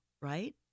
right